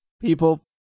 people